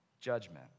judgment